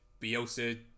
Bielsa